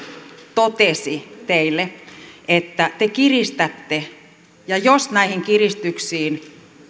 totesi teille että te kiristätte ja jos näihin kiristyksiin